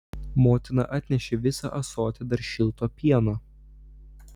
motina atnešė visą ąsotį dar šilto pieno